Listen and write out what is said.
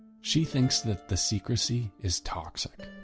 she thinks that the secrecy is toxic.